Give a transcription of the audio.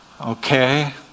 okay